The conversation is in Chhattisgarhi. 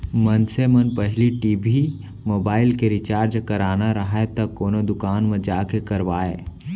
मनसे मन पहिली टी.भी, मोबाइल के रिचार्ज कराना राहय त कोनो दुकान म जाके करवाय